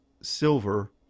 Silver